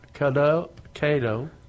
Cato